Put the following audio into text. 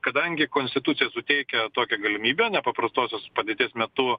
kadangi konstitucija suteikia tokią galimybę nepaprastosios padėties metu